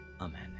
Amen